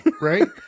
right